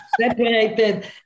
separated